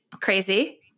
crazy